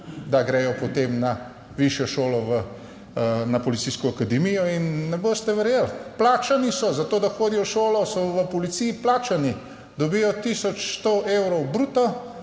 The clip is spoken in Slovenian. da gredo potem na višjo šolo na policijsko akademijo in ne boste verjeli, plačani so za to, da hodijo v šolo, so v policiji plačani, dobijo tisoč 100 evrov bruto